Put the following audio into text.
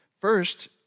First